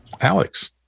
Alex